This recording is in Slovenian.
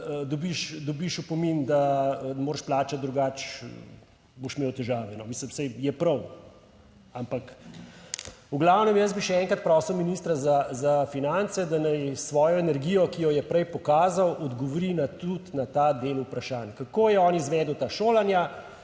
dobiš opomin, da ne moreš plačati, drugače boš imel težave, mislim, saj je prav, ampak... V glavnem, jaz bi še enkrat prosil ministra za finance, da naj s svojo energijo, ki jo je prej pokazal, odgovori tudi na ta del vprašanj, kako je on izvedel ta šolanja?